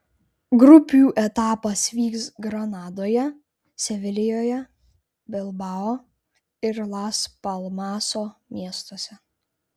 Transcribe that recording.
grupių etapas vyks granadoje sevilijoje bilbao ir las palmaso miestuose